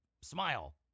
smile